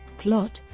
plot